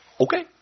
Okay